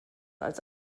als